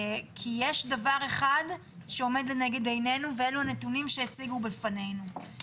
כי יש דבר אחד שעומד לנגד עיניו ואלו הנתונים שהציגו בפנינו,